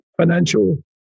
financial